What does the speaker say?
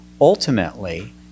ultimately